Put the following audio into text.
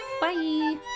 Bye